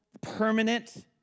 permanent